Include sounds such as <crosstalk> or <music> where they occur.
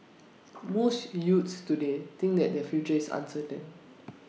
<noise> most youths today think that their future is uncertain